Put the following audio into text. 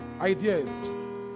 Ideas